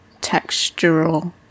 textural